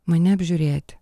mane apžiūrėti